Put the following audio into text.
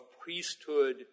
priesthood